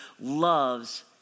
loves